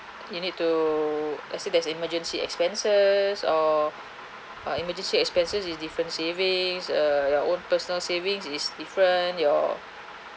you need to let's say there's emergency expenses or or emergency expenses is different savings uh your own personal savings is different your